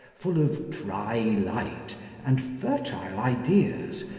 full of dry light and fertile ideas,